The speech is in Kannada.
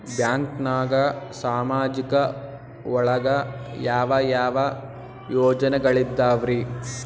ಬ್ಯಾಂಕ್ನಾಗ ಸಾಮಾಜಿಕ ಒಳಗ ಯಾವ ಯಾವ ಯೋಜನೆಗಳಿದ್ದಾವ್ರಿ?